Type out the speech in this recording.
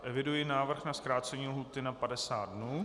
Eviduji návrh na zkrácení lhůty na 50 dnů.